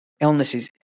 illnesses